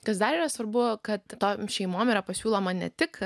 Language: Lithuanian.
kas dar yra svarbu kad tom šeimom yra pasiūloma ne tik